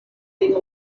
gegen